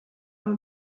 oma